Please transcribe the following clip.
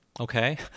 Okay